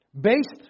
based